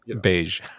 beige